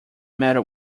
matter